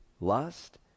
lust